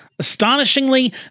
astonishingly